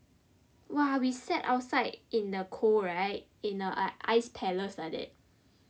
!wah! we sat outside in the cold right in a a ice palace like that